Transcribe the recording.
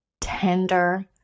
tender